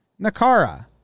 Nakara